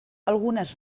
algunes